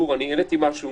גור, אני העליתי משהו